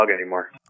anymore